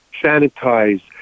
sanitize